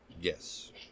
Yes